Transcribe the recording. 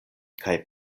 kaj